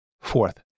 Fourth